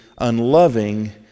unloving